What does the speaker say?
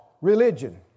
religion